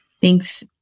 Thanks